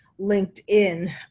LinkedIn